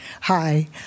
Hi